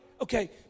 Okay